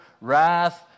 wrath